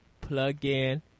plug-in